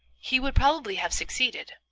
he would probably have succeeded,